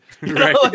right